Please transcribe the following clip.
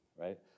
right